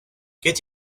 geht